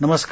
नमस्कार